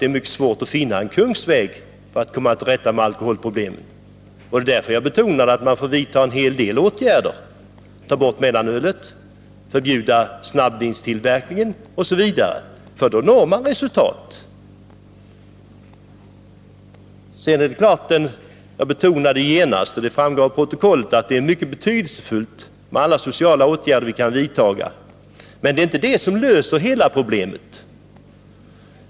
Det är mycket svårt att finna en kungsväg när det gäller att komma till rätta med alkoholproblemen. Därför betonade jag att man måste vidta en hel del åtgärder. Man måste ta bort mellanölet, förbjuda snabbvinstillverkningen osv. På det sättet når man resultat. Jag betonade kraftigt, och det framgår av protokollet, att det är mycket betydelsefullt med alla sociala åtgärder som vi kan vidta. Men därmed löser man inte hela problemet.